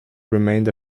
remained